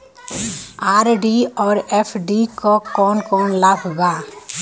RD और FD क कौन कौन लाभ बा?